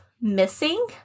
missing